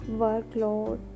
workload